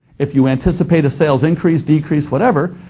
if you anticipate a sales increase, decrease, whatever,